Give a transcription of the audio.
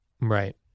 Right